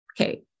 Okay